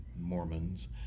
Mormons